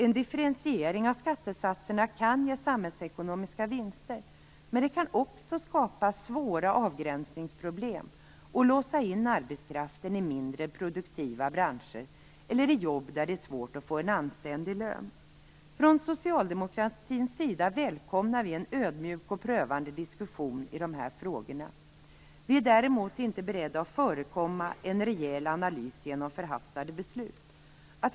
En differentiering av skattesatserna kan ge samhällsekonomiska vinster, men den kan också skapa svåra avgränsningsproblem och låsa in arbetskraften i mindre produktiva branscher eller i jobb där det är svårt att få en anständig lön. Från socialdemokratins sida välkomnar vi en ödmjuk och prövande diskussion i de här frågorna. Däremot är vi inte beredda att förekomma en rejäl analys genom förhastade beslut.